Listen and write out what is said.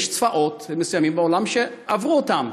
יש צבאות מסוימים בעולם שעברו אותנו,